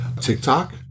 TikTok